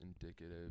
indicative